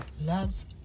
loves